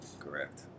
Correct